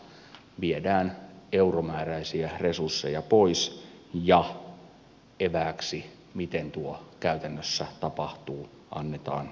viedään euromääräisiä resursseja pois ja evääksi miten tuo käytännössä tapahtuu annetaan varsin vähän